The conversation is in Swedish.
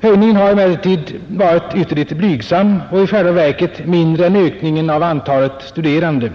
Höjningen har emellertid varit ytterligt blygsam och i själva verket mindre än ökningen av antalet studerande.